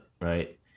right